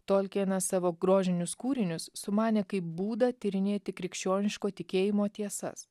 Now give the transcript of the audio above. tolkienas savo grožinius kūrinius sumanė kaip būdą tyrinėti krikščioniško tikėjimo tiesas